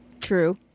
True